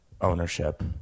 ownership